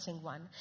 one